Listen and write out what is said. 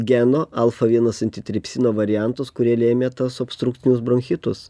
geno alfa vienas antitripsino variantus kurie lėmė tas obstrukcinius bronchitus